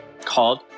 called